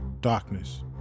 Darkness